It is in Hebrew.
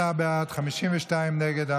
38 בעד, 52 נגד.